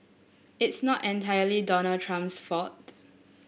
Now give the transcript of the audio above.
it's not entirely Donald Trump's fault